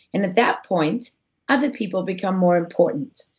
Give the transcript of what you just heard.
and at that point other people become more important.